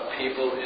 people